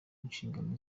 nshingano